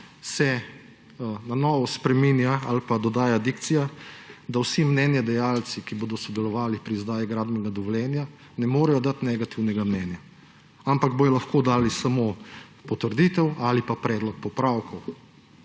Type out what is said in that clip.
se na novo spreminja ali pa dodaja dikcija, da vsi mnenjedajalci, ki bodo sodelovali pri izdaji gradbenega dovoljenja, ne morejo dati negativnega mnenja, ampak bodo lahko dali samo potrditev ali pa predlog popravkov.